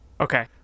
Okay